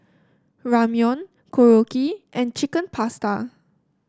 Ramyeon Korokke and Chicken Pasta